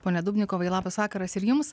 pone dubnikovai labas vakaras ir jums